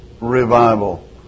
revival